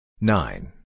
Nine